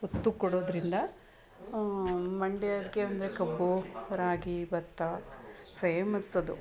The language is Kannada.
ಒತ್ತು ಕೊಡೋದರಿಂದ ಮಂಡ್ಯಕ್ಕೆ ಅಂದರೆ ಕಬ್ಬು ರಾಗಿ ಭತ್ತ ಫೇಮಸ್ಸದು